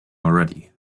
already